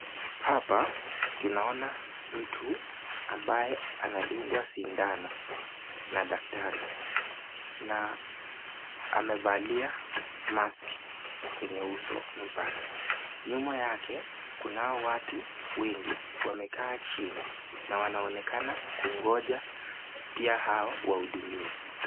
Hapa tunaona mtu ambaye anadungwa shindano, na dakitari na amevalia mask(cs), kwenye uso wake, nyuma yake kunao watu wengi wamekaa chini na wanaonekana kugonja pia wao wahudumiwe.